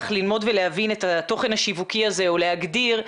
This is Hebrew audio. ללמוד ולהבין את התוכן השיווקי הזה או להגדיר,